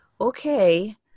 okay